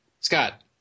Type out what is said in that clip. Scott